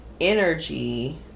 energy